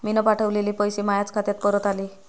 मीन पावठवलेले पैसे मायाच खात्यात परत आले